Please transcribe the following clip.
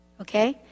Okay